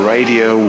Radio